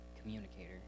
communicator